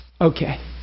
okay